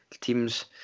teams